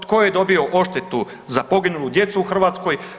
Tko je dobio odštetu za poginulu djecu u Hrvatskoj?